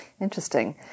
Interesting